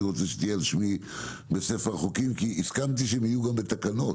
רוצה שתהיה על שמי בספר החוקים כי כי הסכמתי שיהיו גם בתקנות.